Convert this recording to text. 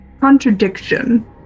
contradiction